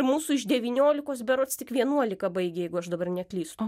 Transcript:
mūsų iš devyniolikos berods tik vienuolika baigė jeigu aš dabar neklystu